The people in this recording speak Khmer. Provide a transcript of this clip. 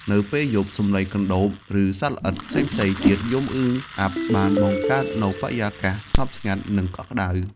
នៅពេលយប់ សំឡេងកណ្ដូប ឬសត្វល្អិតផ្សេងៗទៀតយំអឺងអាប់បានបង្កើតនូវបរិយាកាសស្ងប់ស្ងាត់ និងកក់ក្តៅ។